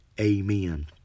Amen